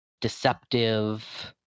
deceptive